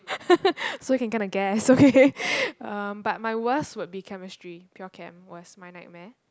so you can kind of guess okay um but my worst would be chemistry pure chem was my nightmare